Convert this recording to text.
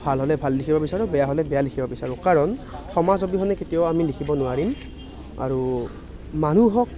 ভাল হ'লে ভাল লিখিব বিচাৰোঁ বেয়া হলে বেয়া লিখিব বিচাৰোঁ কাৰণ সমাজ অবিহনে কেতিয়াও আমি লিখিব নোৱাৰিম আৰু মানুহক